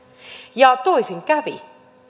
ja toisin kävi